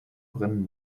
brennen